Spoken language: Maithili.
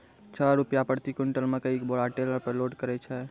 छह रु प्रति क्विंटल मकई के बोरा टेलर पे लोड करे छैय?